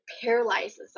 paralyzes